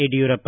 Yediyurappa